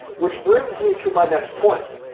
which brings me to my next point,